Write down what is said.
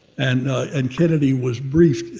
and and kennedy was briefed,